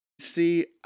See